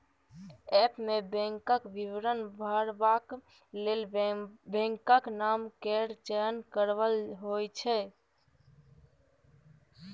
app मे बैंकक विवरण भरबाक लेल बैंकक नाम केर चयन करब होइ छै